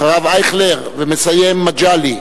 אחריו, אייכלר, ומסיים, מגלי.